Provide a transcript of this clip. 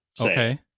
okay